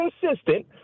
consistent